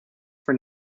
for